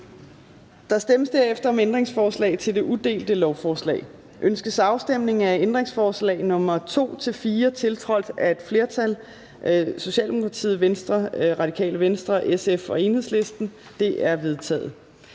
Der stemmes derefter om ændringsforslag til det udelte lovforslag. Ønskes afstemning om ændringsforslagene nr. 2-4, tiltrådt af et flertal (S, V, RV, SF og EL)? De er vedtaget.